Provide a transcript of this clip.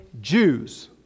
Jews